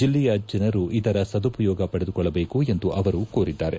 ಜಿಲ್ಲೆಯ ಜನರು ಇದರ ಸದುಪಯೋಗ ಪಡೆದುಕೊಳ್ಳಬೇಕು ಎಂದು ಅವರು ಕೋರಿದ್ದಾರೆ